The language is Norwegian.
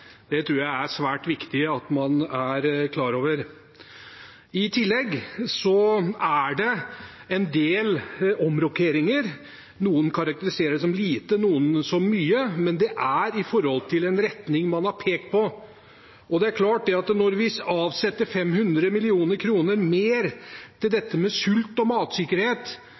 Det tror jeg er svært viktig at man er klar over. I tillegg er det en del omrokeringer. Noen karakteriserer det som lite, noen som mye, men det er i forhold til en retning man har pekt på. Det er klart at når vi avsetter 500 mill. kr mer til det som gjelder sult og matsikkerhet, er det en retning, og det er